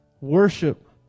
worship